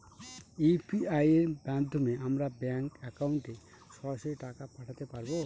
UPI এর মাধ্যমে আমরা ব্যাঙ্ক একাউন্টে সরাসরি টাকা পাঠাতে পারবো?